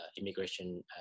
immigration